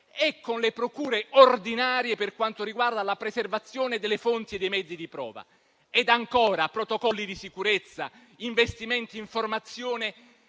e con le procure ordinarie per quanto riguarda la preservazione delle fonti e dei mezzi di prova. Sono inoltre previsti protocolli di sicurezza, investimenti in formazione